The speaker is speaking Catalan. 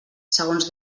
segons